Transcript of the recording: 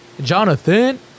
Jonathan